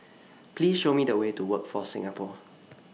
Please Show Me The Way to Workforce Singapore